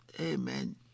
Amen